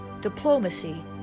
diplomacy